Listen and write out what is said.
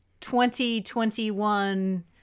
2021